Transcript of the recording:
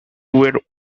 were